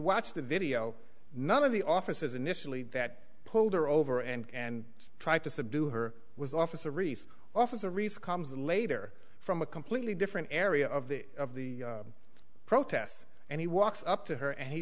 watch the video none of the officers initially that pulled her over and tried to subdue her was officer reese officer responds and later from a completely different area of the of the protests and he walks up to her and he